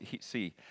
see